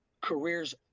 careers